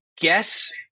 guess